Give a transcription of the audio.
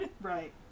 Right